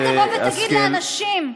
אל תבוא ותגיד לאנשים,